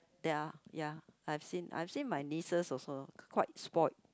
ya ya I've seen I've seen my nieces also quite spoiled